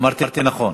אמרתי נכון,